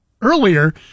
earlier